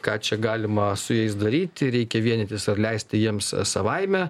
ką čia galima su jais daryti reikia vienytis ar leisti jiems savaime